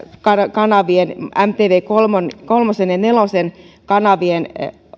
kanavien mtv kolmen ja nelosen kanavien